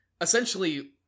Essentially